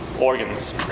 organs